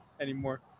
anymore